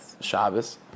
Shabbos